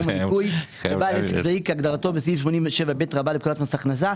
הניכוי לבעל עסק זעיר כהגדרתו בסעיף 87ב לפקודת מס הכנסה".